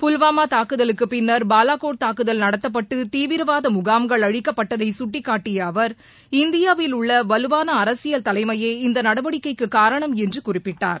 புல்வாமா தாக்குதலுக்கு பின்னர் பாலாக்கோட் தாக்குதல் நடத்தப்பட்டு தீவிரவாத முகாம்கள் அழிக்கப்பட்டதை சுட்டிக்காட்டிய அவர் இந்தியாவில் உள்ள வலுவான அரசியல் தலைமையே இந்த நடவடிக்கைக்கு காரணம் என்று குறிப்பிட்டார்